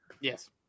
Yes